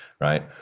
right